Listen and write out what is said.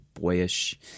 boyish